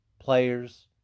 players